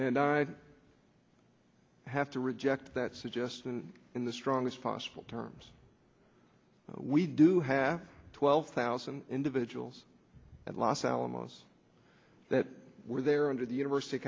and i have to reject that suggestion in the strongest possible terms we do have twelve thousand individuals at los alamos that were there under the university of